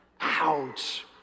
Ouch